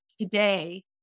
today